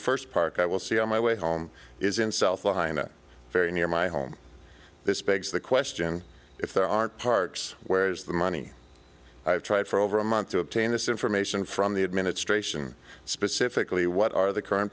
first park i will see on my way home is in south la in a very near my home this begs the question if there aren't parks where's the money i have tried for over a month to obtain this information from the administration specifically what are the current